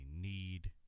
need